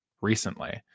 recently